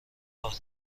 راه